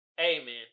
Amen